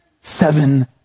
seven